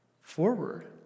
forward